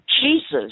Jesus